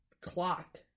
clock